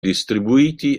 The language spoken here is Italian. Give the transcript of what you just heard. distribuiti